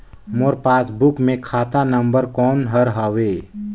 मोर passbook मे खाता number कोन हर हवे?